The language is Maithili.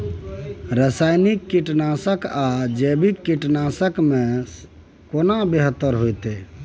रसायनिक कीटनासक आ जैविक कीटनासक में केना बेहतर होतै?